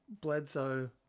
Bledsoe